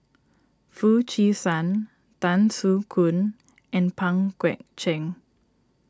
Foo Chee San Tan Soo Khoon and Pang Guek Cheng